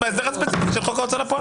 וזה בעצם יהרוג את האירוע.